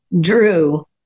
drew